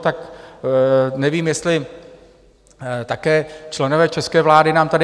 Tak nevím, jestli také členové české vlády nám to...